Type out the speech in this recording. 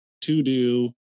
to-do